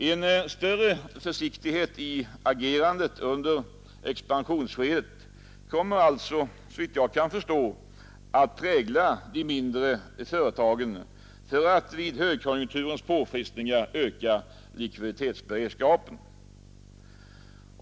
En större försiktighet i agerandet under expansionsskedet kommer alltså, såvitt jag kan förstå, att prägla de mindre företagen för att de vid högkonjunkturens påfrestningar skall kunna öka likviditetsberedskapen.